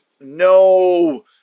no